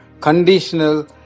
conditional